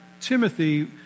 Timothy